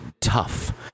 tough